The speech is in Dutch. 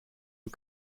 een